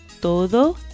todo